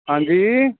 ਹਾਂਜੀ